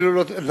אפילו לא נבון,